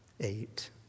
eight